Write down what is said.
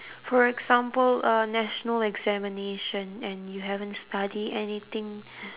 for example a national examination and you haven't study anything